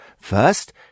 First